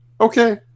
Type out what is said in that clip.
okay